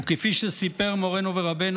וכפי שסיפר מורנו ורבנו,